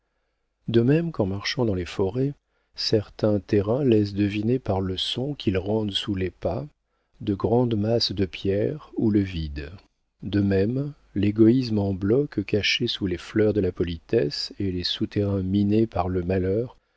de même qu'en marchant dans les forêts certains terrains laissent deviner par le son qu'ils rendent sous les pas de grandes masses de pierre ou le vide de même l'égoïsme en bloc caché sous les fleurs de la politesse et les souterrains minés par le malheur